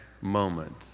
moment